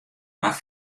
waard